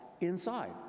inside